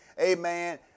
amen